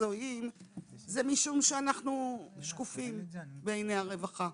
זה משום שאנחנו שקופים בעיני הרווחה.